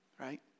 Right